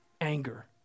anger